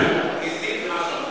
אל תפריע לי.